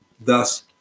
thus